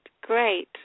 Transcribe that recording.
Great